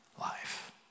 life